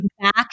back